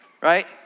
right